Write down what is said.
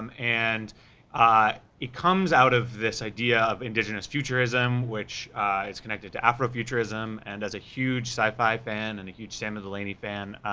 um and ah it comes out of this idea of indigenous futurism, which is connected to afrofuturism, and as a huge sci-fi fan, and a huge samuel delany fan,